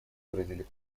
выразили